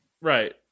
Right